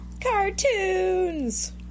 Cartoons